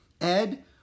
Ed